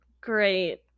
great